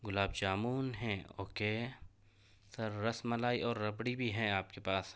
گلاب جامن ہیں okay sir ras malai اور ربڑی بھی ہیں آپ کے پاس